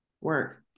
work